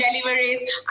deliveries